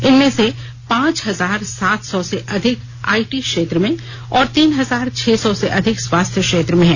इनमें से पांच हजार सात सौ से अधिक आईटी क्षेत्र में और तीन हजार छह सौ से अधिक स्वास्थ्य क्षेत्र में हैं